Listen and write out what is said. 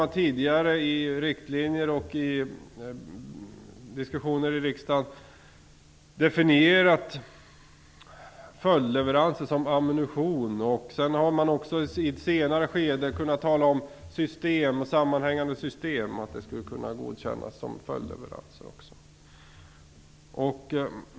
I tidigare riktlinjer och diskussioner i riksdagen har följdleveranser definierats som ammunition. I ett senare skede har det talats om att ett sammanhängande system också skulle kunna godkännas som följdleverans.